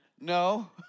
No